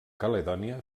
caledònia